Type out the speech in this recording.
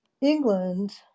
england